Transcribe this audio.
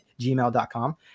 gmail.com